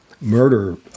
murder